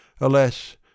alas